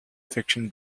fiction